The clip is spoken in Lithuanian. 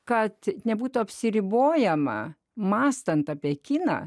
kad nebūtų apsiribojama mąstant apie kiną